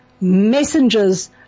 messengers